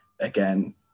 Again